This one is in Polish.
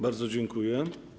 Bardzo dziękuję.